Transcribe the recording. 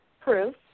proof